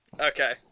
okay